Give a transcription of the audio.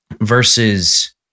Versus